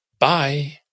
Bye